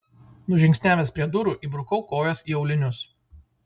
nužingsniavęs prie durų įbrukau kojas į aulinius